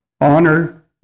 honor